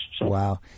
Wow